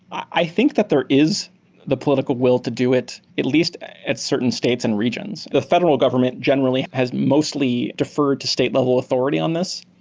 i think that there is the political will to do it at least at certain states and regions. the federal government generally has mostly deferred to state-level authority on this.